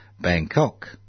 Bangkok